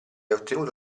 ottenuto